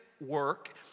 work